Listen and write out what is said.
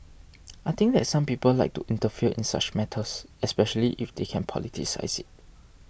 I think that some people like to interfere in such matters especially if they can politicise it